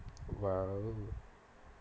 !wow!